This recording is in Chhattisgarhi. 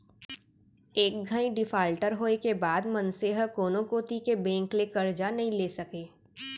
एक घइत डिफाल्टर होए के बाद मनसे ह कोनो कोती के बेंक ले करजा नइ ले सकय